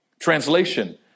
Translation